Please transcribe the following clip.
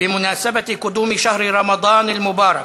רמדאן המבורך.